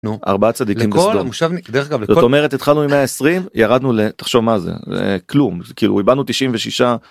ארבעה צדיקים בסדום. זאת אומרת התחלנו עם 120, ירדנו ל... תחשוב מה זה, כלום. כאילו איבדנו תשעים ושישה.